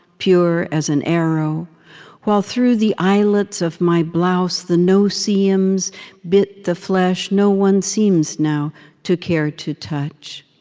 pure as an arrow while through the eyelets of my blouse the no-see-ums bit the flesh no one seems, now to care to touch.